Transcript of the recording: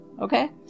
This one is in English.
Okay